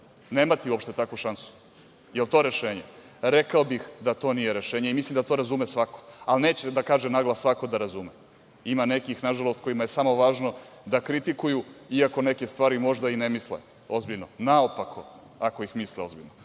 Nemati uopšte takvu šansu. Da li je to rešenje? Rekao bih da to nije rešenje i mislim da to razume svako, ali neće da kaže naglas svako da razume. Ima nekih kojima je samo važno da kritikuju, iako neke stvari možda i ne misle ozbiljno, naopako, ako ih misle ozbiljno.